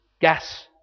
gas